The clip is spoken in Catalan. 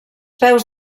peus